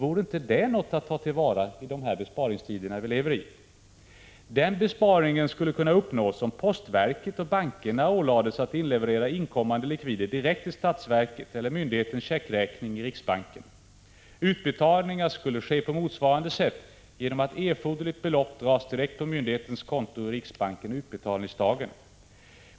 Vore inte detta något att ta till vara i de besparingstider vi lever i? Den besparingen skulle kunna uppnås om postverket och bankerna ålades att inleverera inkommande likvider direkt till statsverket eller myndighetens checkräkning i riksbanken. Utbetalningar skulle ske på motsvarande sätt genom att erforderligt belopp drogs direkt på myndighetens konto i riksbanken på utbetalningsdagen.